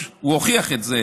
והוא והוכיח את זה,